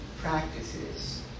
practices